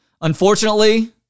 Unfortunately